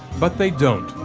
but they don't,